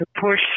push